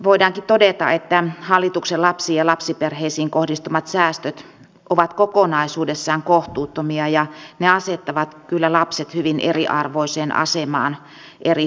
voidaankin todeta että hallituksen lapsiin ja lapsiperheisiin kohdistamat säästöt ovat kokonaisuudessaan kohtuuttomia ja ne asettavat kyllä lapset hyvin eriarvoiseen asemaan eri kunnissakin